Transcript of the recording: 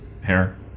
hair